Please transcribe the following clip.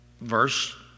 verse